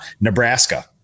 Nebraska